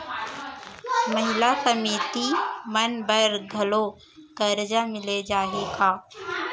महिला समिति मन बर घलो करजा मिले जाही का?